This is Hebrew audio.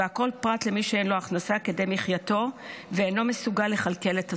והכול פרט למי שאין לו הכנסה כדי מחייתו ואינו מסוגל לכלכל את עצמו.